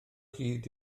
hyd